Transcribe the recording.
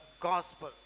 gospel